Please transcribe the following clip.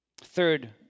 Third